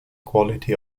quality